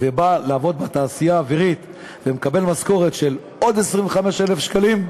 ובא לעבוד בתעשייה האווירית ומקבל משכורת של עוד 25,000 שקלים,